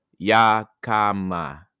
Yakama